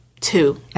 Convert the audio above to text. two